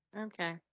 Okay